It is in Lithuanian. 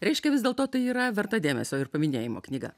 reiškia vis dėlto tai yra verta dėmesio ir paminėjimo knyga